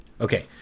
Okay